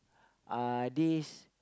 uh this